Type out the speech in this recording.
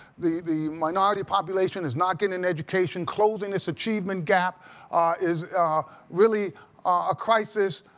the the minority population is not getting an education. closing this achievement gap is really a crisis.